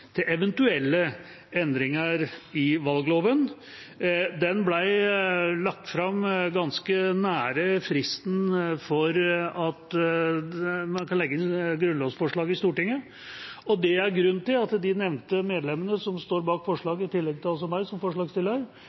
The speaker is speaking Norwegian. til eventuelle endringer i valgloven. Innstillinga ble lagt fram ganske nær fristen for å kunne legge inn grunnlovsforslag i Stortinget, og det er grunnen til at de nevnte medlemmene som står bak forslaget, inkludert meg, rett og slett tok ansvaret for alle alternativer som